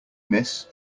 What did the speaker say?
miss